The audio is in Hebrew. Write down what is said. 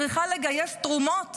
צריכה לגייס תרומות